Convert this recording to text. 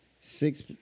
six